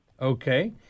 Okay